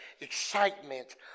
excitement